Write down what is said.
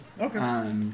Okay